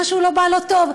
משהו לא בא לו טוב.